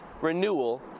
renewal